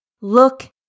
Look